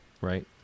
right